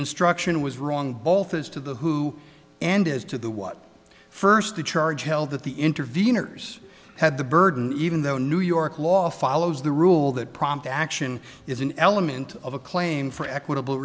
instruction was wrong both as to the who and as to the what first the charge held that the intervenors had the burden even though new york law follows the rule that prompt action is an element of a claim for equitable